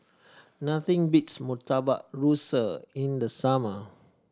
nothing beats Murtabak Rusa in the summer